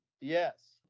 Yes